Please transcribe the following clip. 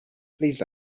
please